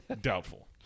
Doubtful